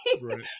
Right